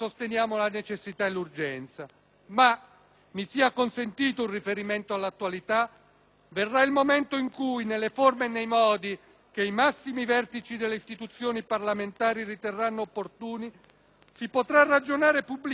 verrà il momento in cui, nelle forme e nei modi che i massimi vertici delle istituzioni parlamentari riterranno opportuni, si potrà ragionare pubblicamente di cosa è accaduto in questi ultimi anni in alcune procure del nostro Paese.